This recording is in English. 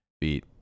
beat